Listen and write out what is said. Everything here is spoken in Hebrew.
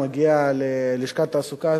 מגיע ללשכת התעסוקה,